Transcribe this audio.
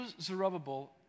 Zerubbabel